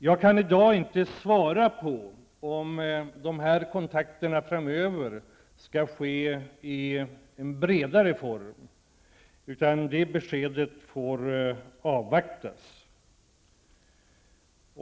Jag kan i dag inte svara på om de här kontakterna framöver skall ske i en bredare form, utan det beskedet får avvaktas.